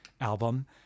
album